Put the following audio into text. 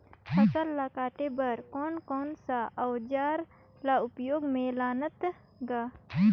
फसल ल काटे बर कौन कौन सा अउजार ल उपयोग में लानथा गा